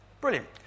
Brilliant